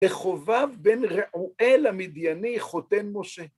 וחובב בין ראואל המדייני חותן משה.